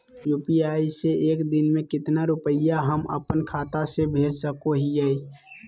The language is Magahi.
यू.पी.आई से एक दिन में कितना रुपैया हम अपन खाता से भेज सको हियय?